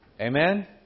Amen